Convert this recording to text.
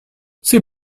c’est